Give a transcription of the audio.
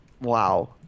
Wow